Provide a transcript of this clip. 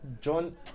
John